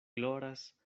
gloras